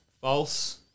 False